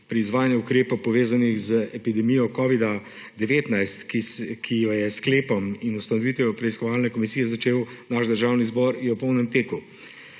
pri izvajanju ukrepov, povezanih z epidemijo covida-19, ki jo je s sklepom in ustanovitvijo preiskovalne komisije začel naš Državni zbor, je v polnem teku.